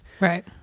Right